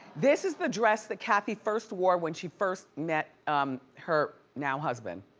this is the dress that kathy first wore when she first met um her now husband,